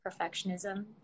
perfectionism